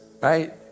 right